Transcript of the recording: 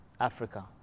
Africa